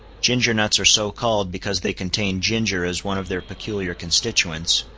ginger-nuts are so called because they contain ginger as one of their peculiar constituents,